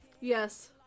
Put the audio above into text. Yes